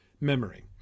memory